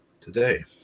today